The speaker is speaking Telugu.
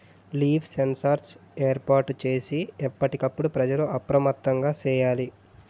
లీఫ్ సెన్సార్ ఏర్పాటు చేసి ఎప్పటికప్పుడు ప్రజలు అప్రమత్తంగా సేయాలి